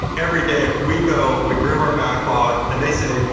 every day, we go, we groove our backlog and they say,